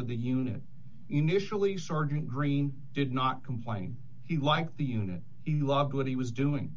of the unit initially star green did not complain he liked the unit he loved what he was doing